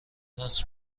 راست